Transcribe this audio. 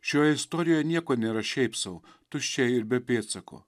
šioj istorijoj nieko nėra šiaip sau tuščiai ir be pėdsako